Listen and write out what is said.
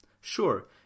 Sure